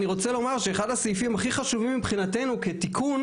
אני רוצה לומר שאחד הסעיפים הכי חשובים מבחינתנו כתיקון,